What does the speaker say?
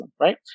right